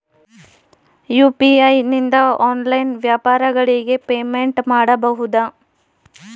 UPI ನಿಂದ online ವ್ಯಾಪಾರಗಳಿಗೆ payment ಮಾಡಬಹುದಾ?